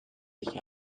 sich